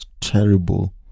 terrible